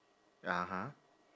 (uh huh)